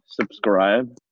subscribe